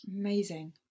Amazing